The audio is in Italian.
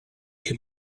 che